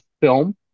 film